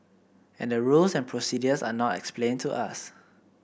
and the rules and procedures are not explained to us